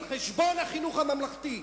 על חשבון החינוך הממלכתי.